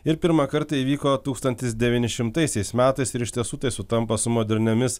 ir pirmą kartą įvyko tūkstantis devyni šimtaisiais metais ir iš tiesų tai sutampa su moderniomis